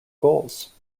goals